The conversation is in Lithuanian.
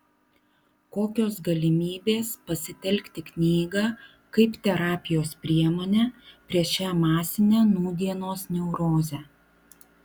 kokios galimybės pasitelkti knygą kaip terapijos priemonę prieš šią masinę nūdienos neurozę